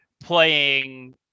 playing